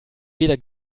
weder